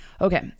Okay